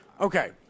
Okay